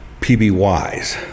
PBYs